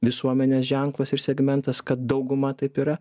visuomenės ženklas ir segmentas kad dauguma taip yra